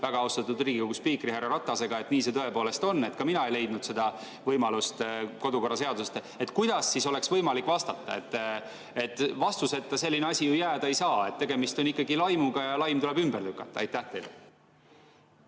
väga austatud Riigikogu spiikri härra Ratasega, et nii see tõepoolest on, ka mina ei leidnud seda võimalust kodukorraseadusest –, kuidas siis oleks võimalik vastata? Vastuseta selline asi ju jääda ei saa, tegemist on ikkagi laimuga ja laim tuleb ümber lükata. Aitäh!